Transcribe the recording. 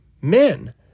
men